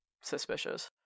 suspicious